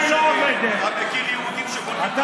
אתה מכיר יהודים שגונבים קרקעות?